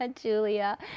julia